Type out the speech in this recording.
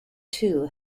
two